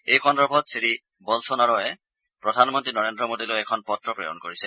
এই সন্দৰ্ভত শ্ৰীবলছ নাৰ'ৱে প্ৰধানমন্ত্ৰী নৰেন্দ্ৰ মোদীলৈ এখন পত্ৰ প্ৰেৰণ কৰিছে